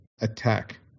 attack